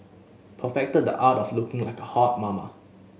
perfected the art of looking like a hot mama